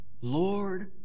Lord